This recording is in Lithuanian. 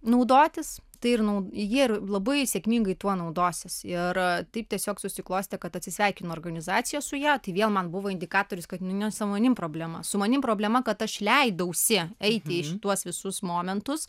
naudotis tai ir jie labai sėkmingai tuo naudosis ir taip tiesiog susiklostė kad atsisveikino organizacija su ja tai vėl man buvo indikatorius kad ne su manim problema su manimi problema kad aš leidausi eiti tuos visus momentus